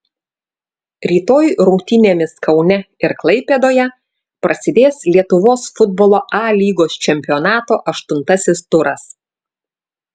rytoj rungtynėmis kaune ir klaipėdoje prasidės lietuvos futbolo a lygos čempionato aštuntasis turas